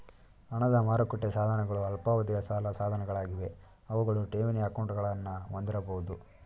ಹಣದ ಮಾರುಕಟ್ಟೆ ಸಾಧನಗಳು ಅಲ್ಪಾವಧಿಯ ಸಾಲ ಸಾಧನಗಳಾಗಿವೆ ಅವುಗಳು ಠೇವಣಿ ಅಕೌಂಟ್ಗಳನ್ನ ಹೊಂದಿರಬಹುದು